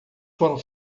foram